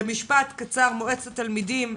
בבקשה, מועצת התלמידים.